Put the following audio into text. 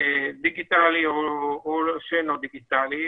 דיגיטלי או שאינו דיגיטלי,